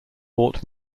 fort